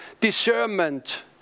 discernment